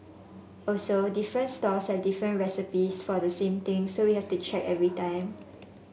also different stalls have different recipes for the same thing so we have to check every time